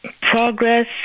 progress